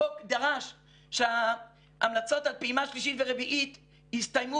החוק דרש שההמלצות על פעימה שלישית ורביעית יסתיימו